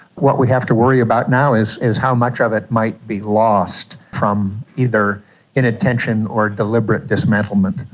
what we have to worry about now is is how much of it might be lost from either inattention or deliberate dismantlement.